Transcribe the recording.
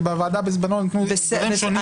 כי בוועדה בזמנו נתנו הסברים שונים.